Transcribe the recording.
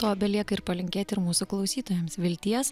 to belieka ir palinkėti ir mūsų klausytojams vilties